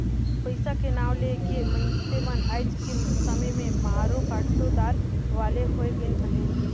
पइसा के नांव ले के मइनसे मन आएज के समे में मारो काटो दार वाले होए गइन अहे